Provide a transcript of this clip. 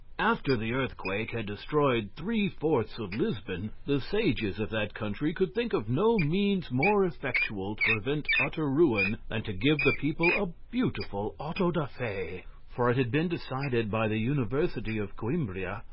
after the earthquake had destroyed three-fourths of lisbon, the sages of that country could think of no means more effectual to prevent utter ruin than to give the people a beautiful auto-da-fe six for it had been decided by the university of coimbra,